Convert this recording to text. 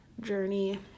journey